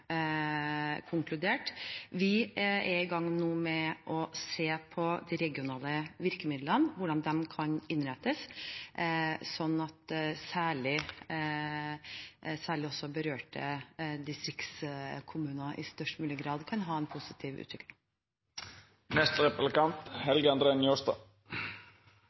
konkludert. Vi er nå i gang med å se på de regionale virkemidlene, hvordan de kan innrettes, sånn at særlig berørte distriktskommuner i størst mulig grad kan ha en positiv utvikling.